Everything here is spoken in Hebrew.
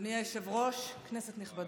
אדוני היושב-ראש, כנסת נכבדה,